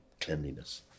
cleanliness